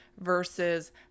versus